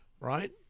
right